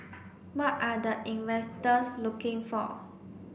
what are the investors looking for